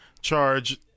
charge